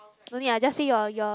no need ah just say your your